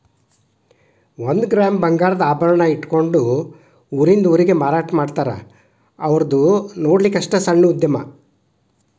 ಒಂದ ಗ್ರಾಮ್ ಬಂಗಾರದ ಆಭರಣಾ ಇಟ್ಕೊಂಡ ಊರಿಂದ ಊರಿಗೆ ಮಾರಾಟಾಮಾಡ್ತಾರ ಔರ್ದು ನೊಡ್ಲಿಕ್ಕಸ್ಟ ಸಣ್ಣ ಉದ್ಯಮಾ